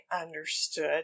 understood